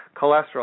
cholesterol